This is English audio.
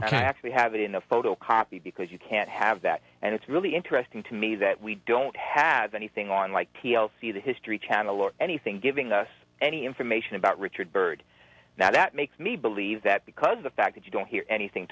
ok i actually have enough photo copy because you can't have that and it's really interesting to me that we don't have anything on like t l c the history channel or anything giving us any information about richard byrd now that makes me believe that because of the fact that you don't hear anything